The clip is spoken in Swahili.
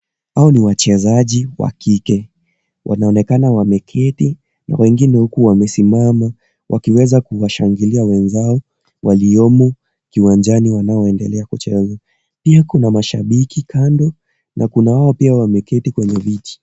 Hao ni wachezaji wa kike wanaonekana wameketi na wengine huku wamesimama wakiweza kuwashangilia wenzao waliomo kiwanjani wanaoendelea kucheza, pia kuna mashabiki kando na kuna wao pia wameketi kwenye viti.